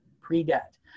Pre-debt